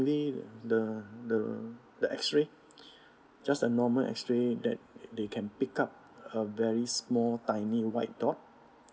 the the the the the X_ray just a normal X_ray that they can pick up a very small tiny white dot